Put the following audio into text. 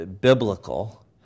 biblical